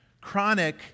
chronic